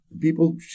people